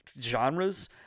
genres